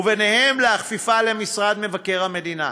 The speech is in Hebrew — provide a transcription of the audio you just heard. וביניהן להכפיפה למשרד מבקר המדינה.